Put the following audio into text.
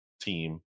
team